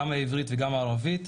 גם העברית וגם הערבית,